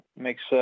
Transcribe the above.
Makes